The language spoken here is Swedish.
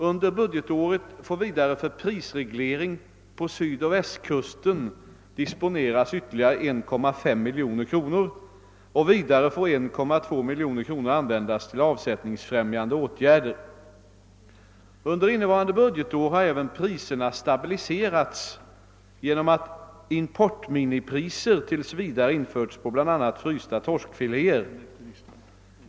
Under budgetåret får vidare för prisreglering på sydoch västkusten disponeras ytterligare 1,5 miljoner kronor och vidare får 1,2 miljoner kronor användas till avsättningsfrämjande åtgärder. Under innevarande budgetår har även priserna stabiliserats genom att importminimipriser tills vidare införts på bl.a. frysta torskfiléer.